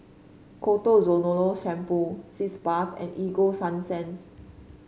Ketoconazole Shampoo Sitz Bath and Ego Sunsense